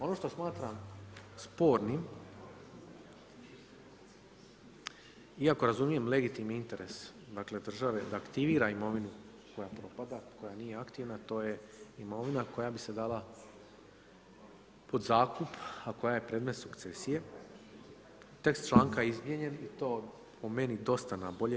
Ono što smatram spornim, iako razumijem legitimni interes države da aktivira imovinu koja propada, koja nije aktivna, to je imovina, koja bi se dala pod zakup a koja je predmet sukcesije, tekst članka izmijenjen i to po meni, dosta na bolje.